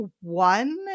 one